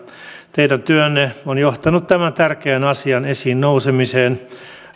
teidän työnne on johtanut tämän tärkeän asian esiin nousemiseen